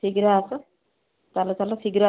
ଶୀଘ୍ର ଆସ ଚାଲ ଚାଲ ଶୀଘ୍ର